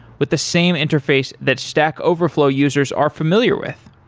with the same interface that stack overflow users are familiar with.